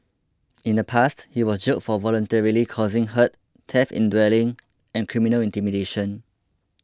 in the past he was jailed for voluntarily causing hurt theft in dwelling and criminal intimidation